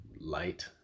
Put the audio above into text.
light